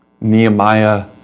Nehemiah